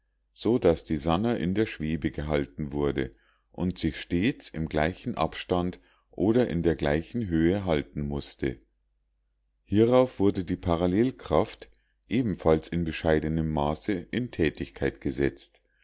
so daß die sannah in der schwebe gehalten wurde und sich stets im gleichen abstand oder in der gleichen höhe halten mußte hierauf wurde die parallelkraft ebenfalls in bescheidenem maße in tätigkeit gesetzt